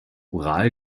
ural